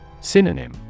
Synonym